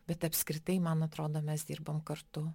bet apskritai man atrodo mes dirbam kartu